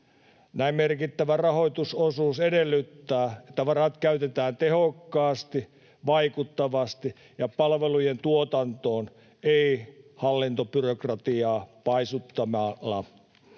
Näin merkittävä rahoitusosuus edellyttää, että varat käytetään tehokkaasti, vaikuttavasti ja palvelujen tuotantoon, ei hallintobyrokratiaa paisuttamalla.